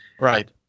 Right